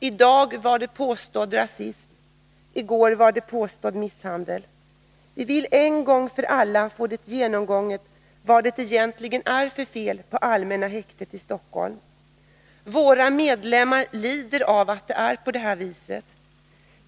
I dag var det påstådd rasism. I går var det påstådd misshandel. Vi vill en gång för alla få det genomgånget vad det egentligen är för fel på Allmänna häktet i Stockholm. Våra medlemmar lider av att det är på det här viset.